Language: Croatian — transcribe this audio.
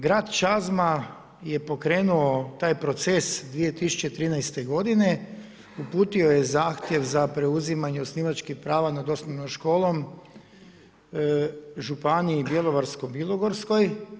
Grad Čazma je pokrenuo taj proces 2013. godine, uputio je zahtjev za preuzimanje osnivačkih prava nad osnovnom školom Županiji bjelovarsko-bilogorskoj.